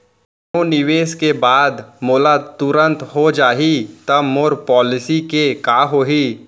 कोनो निवेश के बाद मोला तुरंत हो जाही ता मोर पॉलिसी के का होही?